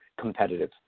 competitive